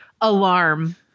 alarm